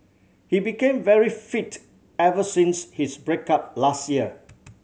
he became very fit ever since his break up last year